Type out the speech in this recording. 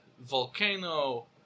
volcano